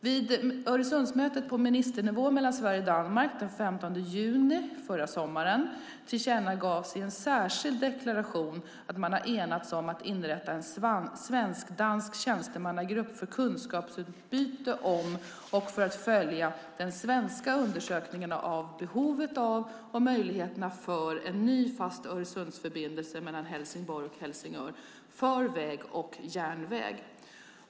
Vid Öresundsmötet på ministernivå mellan Sverige och Danmark den 15 juni förra sommaren tillkännagavs i en särskild deklaration att man har enats om att inrätta en svensk-dansk tjänstemannagrupp för kunskapsutbyte om, och för att följa, de svenska undersökningarna av behovet av och möjligheterna för en ny fast Öresundsförbindelse mellan Helsingborg och Helsingör för väg och järnväg.